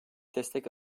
destek